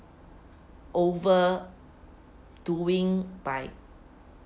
overdoing by